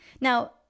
Now